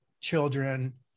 children